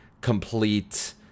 complete